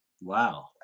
Wow